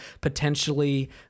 potentially